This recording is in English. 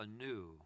anew